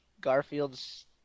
Garfield's